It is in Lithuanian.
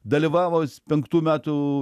dalyvavo penktų metų